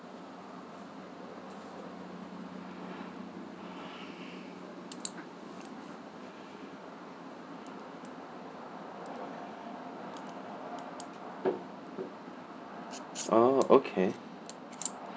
orh okay